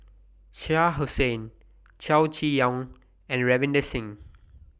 Shah Hussain Chow Chee Yong and Ravinder Singh